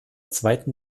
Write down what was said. zweiten